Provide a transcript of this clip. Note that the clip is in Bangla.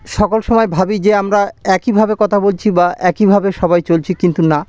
সকল সময় ভাবি যে আমরা একইভাবে কথা বলছি বা একইভাবে সবাই চলছি কিন্তু না